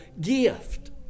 gift